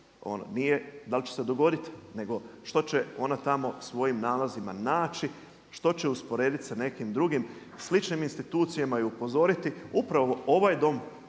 nije da li će se dogoditi nego što će ona tamo svojim nalazima naći, što će usporediti sa nekim drugim sličnim institucijama i upozoriti upravo ovaj dom